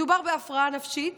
מדובר בהפרעה נפשית